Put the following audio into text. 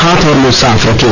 हाथ और मुंह साफ रखें